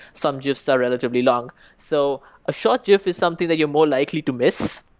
some gifs are relatively long. so a short gif is something that you're more likely to miss,